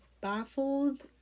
baffled